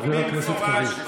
חבר הכנסת קריב.